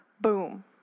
boom